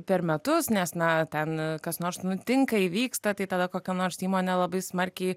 per metus nes na ten kas nors nutinka įvyksta tai tada kokia nors įmonė labai smarkiai